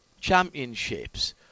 championships